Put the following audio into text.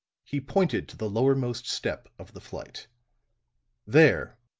he pointed to the lowermost step of the flight there,